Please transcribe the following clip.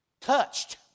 touched